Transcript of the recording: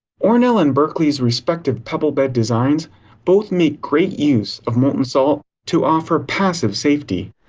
ornl and berkeley's respective pebble-bed design both make great use of molten salt to offer passive safety.